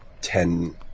ten